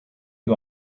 you